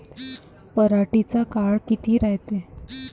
पराटीचा काळ किती रायते?